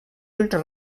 ulls